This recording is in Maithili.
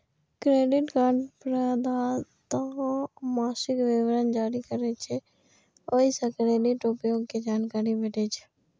क्रेडिट कार्ड प्रदाता मासिक विवरण जारी करै छै, ओइ सं क्रेडिट उपयोग के जानकारी भेटै छै